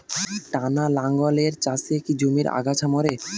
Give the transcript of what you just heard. টানা লাঙ্গলের চাষে কি জমির আগাছা মরে?